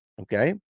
Okay